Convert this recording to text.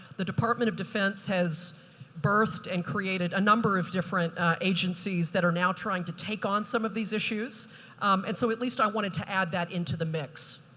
the department of defense has birthed and created a number of different agencies that are now trying to take on some of these issues on. and so at least i wanted to add that into the mix.